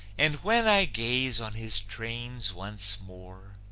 and when i gaze on his trains once more,